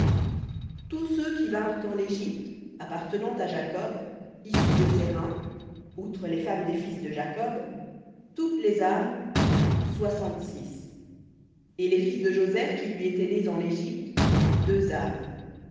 tous ceux qui vinrent en égypte appartenant à jacob issus de ses reins outre les femmes des fils de jacob toutes les âmes soixante-six et les fils de joseph qui lui étaient nés en égypte deux âmes